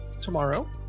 tomorrow